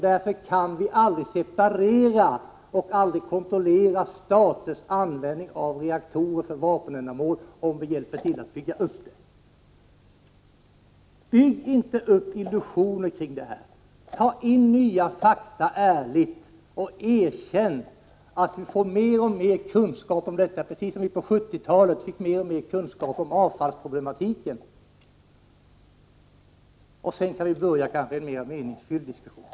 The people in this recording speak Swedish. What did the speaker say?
Vi kan aldrig separera och kontrollera staters användning av reaktorer för vapenändamål, om vi samtidigt hjälper till med uppbyggnaden av en sådan här verksamhet. Bygg inte upp några illusioner kring detta! Inhämta nya fakta på ett ärligt sätt och erkänn att vi får mer och mer av kunskaper på detta område, precis som vi på 1970-talet fick allt större kunskaper om avfallsproblematiken! Sedan kanske vi kan påbörja en mera meningsfull diskussion.